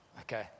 okay